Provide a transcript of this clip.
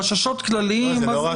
חששות כלליים לא,